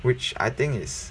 which I think is